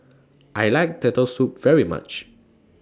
I like Turtle Soup very much